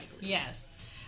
Yes